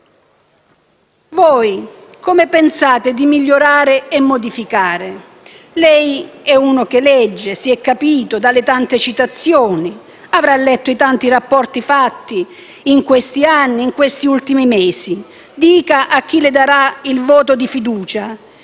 Voi come pensate di migliorare e modificare questo processo? Lei è uno che legge, e lo si è capito dalle tante citazioni. Avrà letto i tanti rapporti fatti in questi anni e negli ultimi mesi. Dica a chi le darà il voto di fiducia